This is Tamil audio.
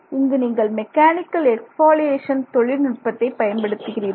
இங்கு நீங்கள் மெக்கானிக்கல் எக்ஸ்பாலியேஷன் தொழில்நுட்பத்தை பயன்படுத்துகிறீர்கள்